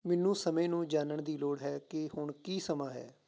ਮੈਨੂੰ ਸਮੇਂ ਨੂੰ ਜਾਣਨ ਦੀ ਲੋੜ ਹੈ ਕਿ ਹੁਣ ਕੀ ਸਮਾਂ ਹੈ